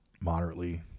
moderately